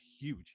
huge